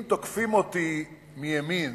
אם תוקפים אותי מימין